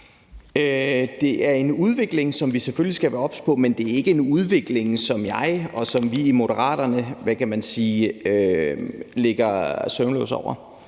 Det er en udvikling, som vi selvfølgelig skal være obs på, men det er ikke en udvikling, som jeg og vi i Moderaterne, hvad kan